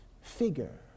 figure